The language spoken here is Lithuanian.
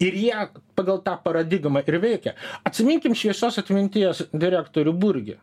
ir jie pagal tą paradigmą ir veikė atsiminkim šviesios atminties direktorių burgį